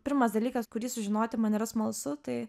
pirmas dalykas kurį sužinoti man yra smalsu tai